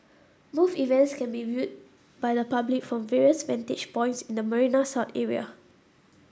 both events can be viewed by the public from various vantage points in the Marina South area